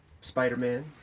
spider-man